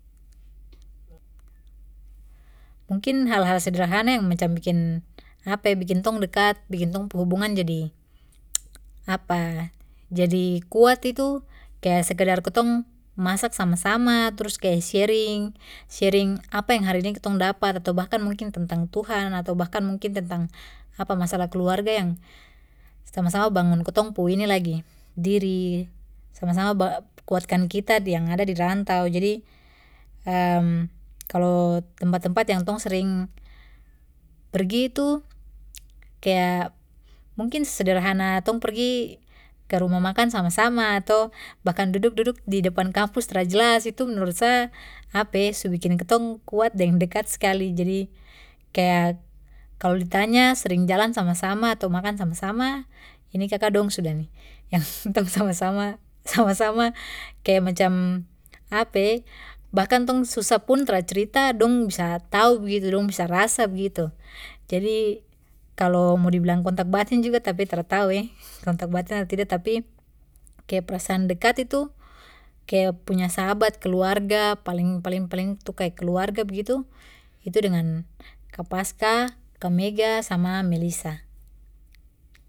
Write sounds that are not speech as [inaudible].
[noise] mungkin hal hal sederhana yang macam bikin apa [hesitation] macam bikin tong dekat bikin tong pu hubungan jadi [noise] apa jadi kuat itu kaya sekedar kitong masak sama sama trus kaya sharing sharing apa yang hari ini kitong dapat atau bahkan mungkin tentang tuhan atau bahkan mungkin tentang apa masalah keluarga yang sama sama bangun kitong pu ini lagi diri sama sama ba kuatkan kita yang ada di rantau jadi [hesitation] kalo tempat tempat yang tong sering pergi itu kaya mungkin sesederhana tong pergi ke rumah makan sama sama atau bahkan duduk duduk di depan kampus tra jelas itu menurut sa apa [hesitation] su bikin kitong dan dekat skali jadi kaya kalo ditanya sering jalan sama sama atau makan sama sama ini kaka dong sudah nih [laughs] tong sama sama [laughs] sama sama kaya macam apa [hesitation] bahkan tong susah pun tra cerita tong dong bisa tau begitu dong bisa rasa begitu jadi kalo mo di bilang kontak batin juga tapi tra tau [hesitation] kontak batin tapi tidak tau tapi kaya perasaan dekat itu kaya punya sahabat keluarga paling paling paling tuh kaya keluarga begitu itu dengan kak paskah kak mega sama melisa